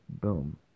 boom